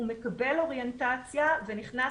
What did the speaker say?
הוא מקבל אוריינטציה ונכנס,